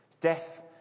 Death